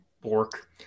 Bork